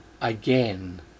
again